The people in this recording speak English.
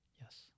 yes